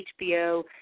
HBO